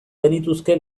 genituzke